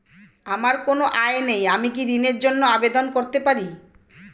আমার কোনো আয় নেই আমি কি ঋণের জন্য আবেদন করতে পারব?